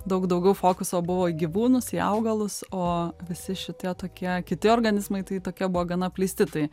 daug daugiau fokuso buvo į gyvūnus į augalus o visi šitie tokie kiti organizmai tai tokie buvo gana apleisti tai